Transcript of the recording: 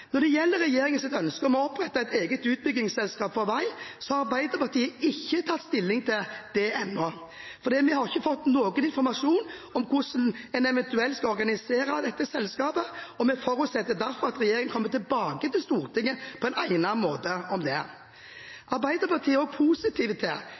Når det gjelder regjeringens ønske om å opprette et eget utbyggingsselskap for vei, har Arbeiderpartiet ikke tatt stilling til det ennå, fordi vi ikke har fått noen informasjon om hvordan en eventuelt skal organisere dette selskapet. Vi forutsetter derfor at regjeringen kommer tilbake til Stortinget på egnet måte. Arbeiderpartiet er også positive til